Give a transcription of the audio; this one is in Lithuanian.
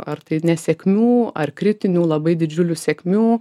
ar tai nesėkmių ar kritinių labai didžiulių sėkmių